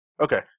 Okay